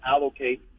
allocate